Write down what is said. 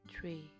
three